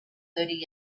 thirty